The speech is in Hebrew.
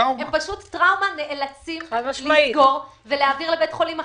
הם נאלצים לסגור ולהעביר לבית חולים אחר.